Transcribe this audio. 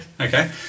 okay